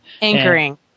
Anchoring